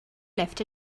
left